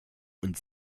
und